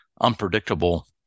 unpredictable